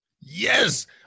Yes